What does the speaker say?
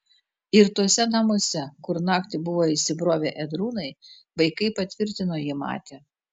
ir tuose namuose kur naktį buvo įsibrovę ėdrūnai vaikai patvirtino jį matę